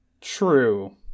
True